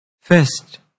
First